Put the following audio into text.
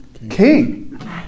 King